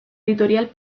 editorial